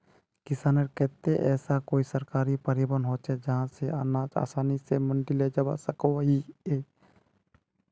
किसानेर केते ऐसा कोई सरकारी परिवहन होचे जहा से अनाज आसानी से मंडी लेजवा सकोहो ही?